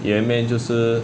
鱼圆面就是